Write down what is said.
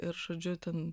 ir žodžiu ten